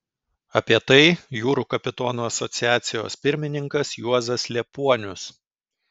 apie tai jūrų kapitonų asociacijos pirmininkas juozas liepuonius